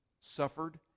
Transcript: suffered